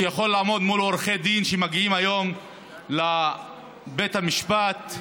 שיכול לעמוד מול עורכי דין שמגיעים היום לבית המשפט,